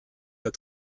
der